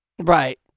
Right